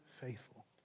faithful